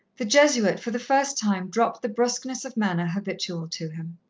the jesuit for the first time dropped the brusqueness of manner habitual to him.